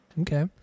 Okay